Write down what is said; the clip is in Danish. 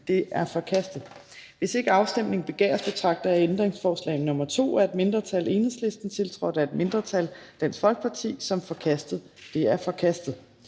Det er forkastet. Hvis ikke afstemning begæres, betragter jeg ændringsforslag nr. 2, af et mindretal (EL), tiltrådt af et mindretal (DF), som forkastet. Det er forkastet.